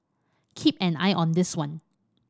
keep an eye on this one